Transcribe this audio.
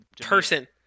Person